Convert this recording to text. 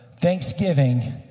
thanksgiving